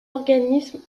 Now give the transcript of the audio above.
organisme